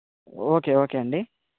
okay okay అండి